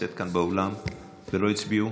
נמצאת כאן באולם ולא הצביעו?